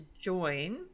join